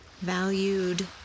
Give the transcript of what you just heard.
valued